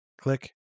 Click